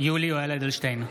יולי יואל אדלשטיין,